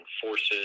forces